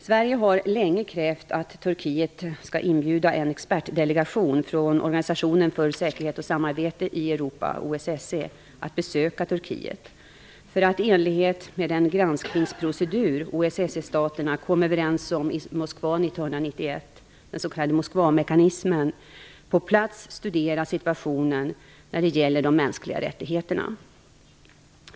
Sverige har länge krävt att Turkiet skall inbjuda en expertdelegation från Organisationen för säkerhet och samarbete i Europa, OSSE, att besöka Turkiet, för att i enlighet med den granskningsprocedur OSSE-staterna kom överens om i Moskva 1991, den s.k. Moskvamekanismen, på plats studera situationen när det gäller de mänskliga rättigheterna.